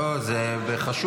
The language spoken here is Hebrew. לא, זה חשוב.